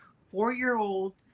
Four-year-old